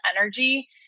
energy